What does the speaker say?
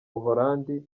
buholandi